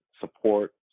support